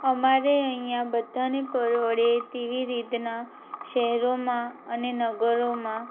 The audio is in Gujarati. અમારે અહીં બધાંને પરવડે તેવી રીતના શહેરોમાં અને નગરોમાં